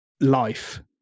life